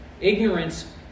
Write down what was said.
Ignorance